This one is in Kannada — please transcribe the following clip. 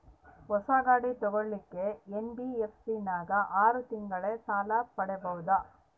ಹೊಸ ಗಾಡಿ ತೋಗೊಳಕ್ಕೆ ಎನ್.ಬಿ.ಎಫ್.ಸಿ ನಾಗ ಆರು ತಿಂಗಳಿಗೆ ಸಾಲ ಪಡೇಬೋದ?